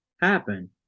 happen